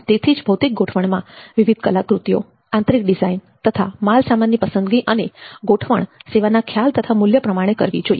તેથી જ ભૌતિક ગોઠવણમાં વિવિધ કલાકૃતિઓ આંતરિક ડિઝાઇન તથા માલસામાનની પસંદગી અને ગોઠવણ સેવાના ખ્યાલ તથા મૂલ્ય પ્રમાણે કરવી જોઈએ